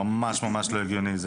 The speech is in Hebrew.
ממש לא הגיוני.